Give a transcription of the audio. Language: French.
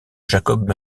jacob